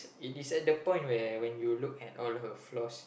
it is at the point where when you look at all her flaws